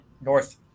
North